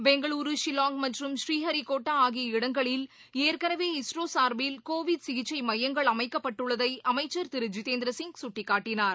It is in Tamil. பெங்களூரு ஷில்லாங் மற்றும் ஸ்ரீஹரிகோட்டா ஆகிய இடங்களில் ஏற்கெனவே இஸ்ரோ சார்பில் கோவிட் சிகிச்சை மையங்கள் அமைக்கப்பட்டுள்ளதை அமைச்சர் திரு ஜிதேந்திர சிங் சுட்டிக்காட்டினார்